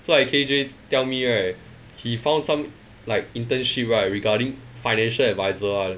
so like K J tell me right he found some like internship right regarding financial adviser one